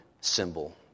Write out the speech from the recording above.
symbol